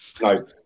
No